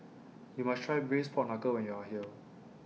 YOU must Try Braised Pork Knuckle when YOU Are here